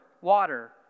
water